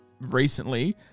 recently